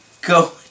go